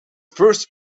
first